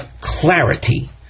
clarity